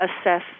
assess